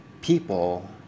people